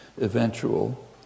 eventual